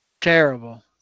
Terrible